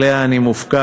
שעליה אני מופקד,